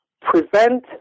prevent